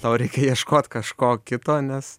tau reikia ieškot kažko kito nes